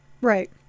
right